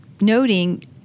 noting